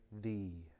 thee